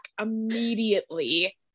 immediately